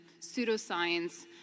pseudoscience